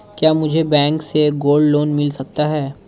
क्या मुझे बैंक से गोल्ड लोंन मिल सकता है?